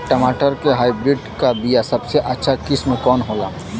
टमाटर के हाइब्रिड क बीया सबसे अच्छा किस्म कवन होला?